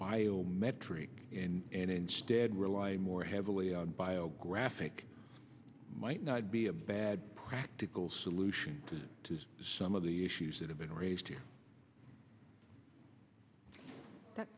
bio metric and and instead rely more heavily on bio graphic might not be a bad practical solution to some of the issues that have been raised that